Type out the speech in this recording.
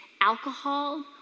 alcohol